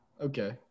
Okay